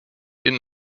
innen